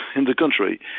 and the country.